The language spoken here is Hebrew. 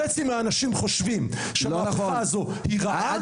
חצי מהאנשים חושבים שהמהפכה הזאת היא רעה וחצי רוצים שתקרה.